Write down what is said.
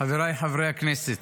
חבריי חברי הכנסת,